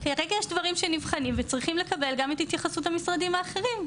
כרגע יש דברים שנבחנים וצריכים לקבל גם את התייחסות המשרדים האחרים.